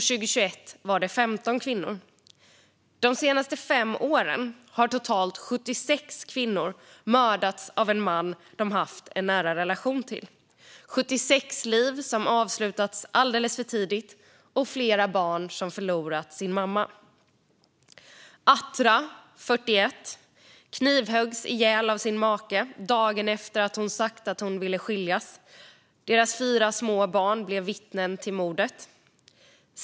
År 2021 var det 15 kvinnor. De senaste fem åren har totalt 76 kvinnor mördats av en man som de haft en nära relation till. Det är 76 liv som avslutats alldeles för tidigt och flera barn som förlorat sin mamma. Athraa, 41 år, knivhöggs ihjäl av sin make dagen efter att hon sagt att hon ville skiljas. Deras fyra små barn blev vittnen till mordet.